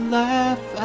laugh